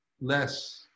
less